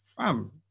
fam